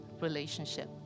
relationship